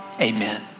amen